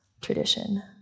tradition